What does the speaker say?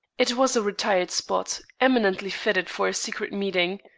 it was a retired spot, eminently fitted for a secret meeting.